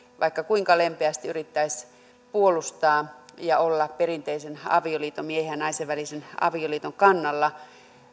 vaikka kuinka lempeästi yrittäisi puolustaa ja olla perinteisen avioliiton miehen ja naisen välisen avioliiton kannalla